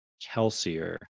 Kelsier